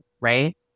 right